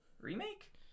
remake